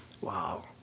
Wow